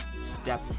step